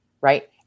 right